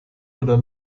oder